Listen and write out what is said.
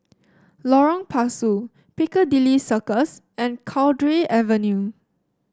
Lorong Pasu Piccadilly Circus and Cowdray Avenue